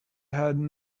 had